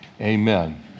Amen